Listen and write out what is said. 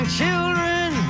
children